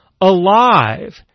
alive